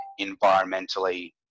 environmentally